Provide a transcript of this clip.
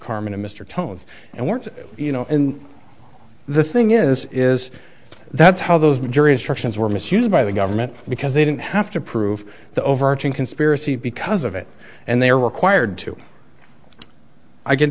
carmona mr tones and weren't you know the thing is is that's how those jury instructions were misused by the government because they didn't have to prove the overarching conspiracy because of it and they were required to i can